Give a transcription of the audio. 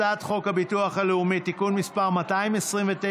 הצעת חוק הביטוח הלאומי (תיקון מס' 229,